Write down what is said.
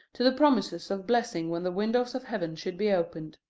to the promises of blessing when the windows of heaven should be opened.